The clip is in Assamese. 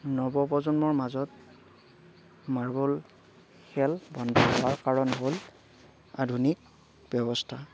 নৱ প্ৰজন্মৰ মাজত মাৰ্বল খেল বন্ধ হোৱাৰ কাৰণ হ'ল আধুনিক ব্যৱস্থা